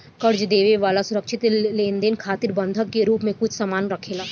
कर्जा देवे वाला सुरक्षित लेनदेन खातिर बंधक के रूप में कुछ सामान राखेला